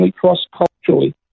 cross-culturally